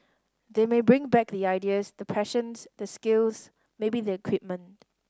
they may bring back the ideas the passions the skills maybe the equipment